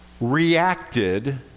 reacted